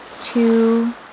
two